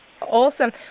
Awesome